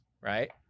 right